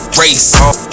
race